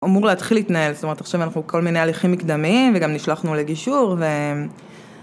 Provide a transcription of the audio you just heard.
אמור להתחיל להתנהל זאת אומרת עכשיו אנחנו כל מיני הליכים מקדמים וגם נשלחנו לגישור